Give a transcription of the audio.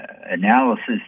analysis